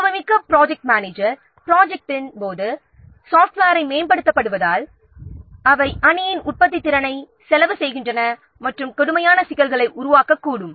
அனுபவமிக்க ப்ராஜெக்ட் மேனேஜர்களுக்கு ப்ராஜெக்ட்டின் போது சாப்ட்வேரை மேம்படுத்தப்படுவதால் அவை அணியின் உற்பத்தித்திறனை செலவு செய்தும் கடுமையான சிக்கல்களை உருவாக்கக்கூடும்